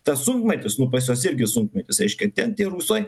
tas sunkmetis nu pas juos irgi sunkmetis reiškia ten tie rusai